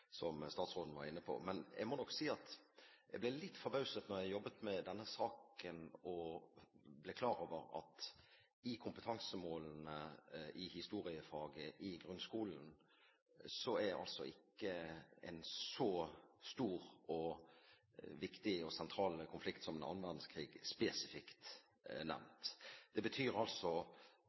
som statsråden var inne på. Men jeg må nok si at jeg ble litt forbauset da jeg jobbet med denne saken og ble klar over at i kompetansemålene i historiefaget i grunnskolen er altså ikke en så stor og viktig og sentral konflikt som annen verdenskrig spesifikt nevnt. Det betyr altså